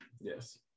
Yes